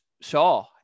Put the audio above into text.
Shaw